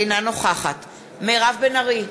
אינה נוכחת מירב בן ארי,